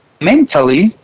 mentally